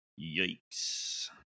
yikes